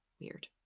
weird